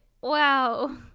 Wow